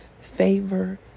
Favor